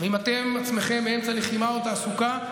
ואם אתם עצמכם באמצע לחימה או תעסוקה,